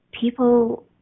people